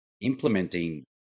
implementing